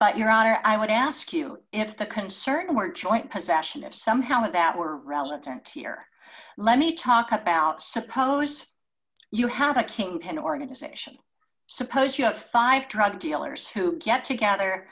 but your honor i would ask you if the concern were joint possession if somehow that were relevant here let me talk about suppose you have a kingpin organization suppose you have five drug dealers who get together